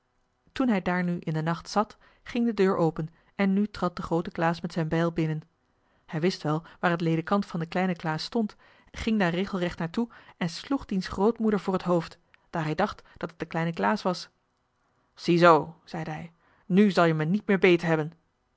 toen hij daar nu in den nacht zat ging de deur open en nu trad de groote klaas met zijn bijl binnen hij wist wel waar het ledekant van den kleinen klaas stond ging daar regelrecht naar toe en sloeg diens grootmoeder voor het hoofd daar hij dacht dat het de kleine klaas was ziezoo zeide hij nu zal je mij niet meer